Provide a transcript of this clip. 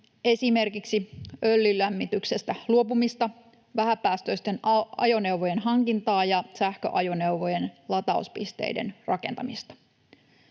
esimerkiksi öljylämmityksestä luopumista, vähäpäästöisten ajoneuvojen hankintaa ja sähköajoneuvojen latauspisteiden rakentamista.